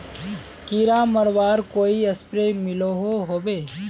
कीड़ा मरवार कोई स्प्रे मिलोहो होबे?